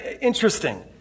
interesting